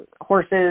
horses